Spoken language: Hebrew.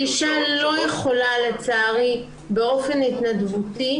אישה לא יכולה לצערי באופן התנדבותי,